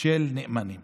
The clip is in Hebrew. של נאמנים